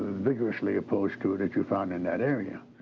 vigorously opposed to it as you found in that area.